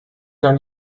dann